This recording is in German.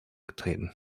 getreten